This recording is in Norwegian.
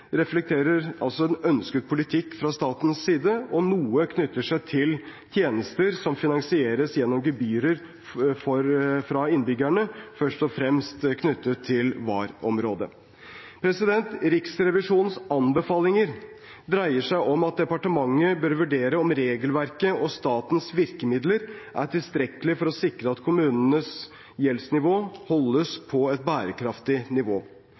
reflekterer altså en ønsket politikk fra statens side, og noe knytter seg til tjenester som finansieres gjennom gebyrer fra innbyggerne, først og fremst knyttet til VAR-området. Riksrevisjonens anbefalinger dreier seg om at departementet bør vurdere om regelverket og statens virkemidler er tilstrekkelig for å sikre at kommunenes gjeldsnivå holdes på et bærekraftig nivå.